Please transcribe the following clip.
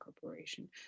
corporation